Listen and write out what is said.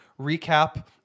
recap